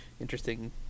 interesting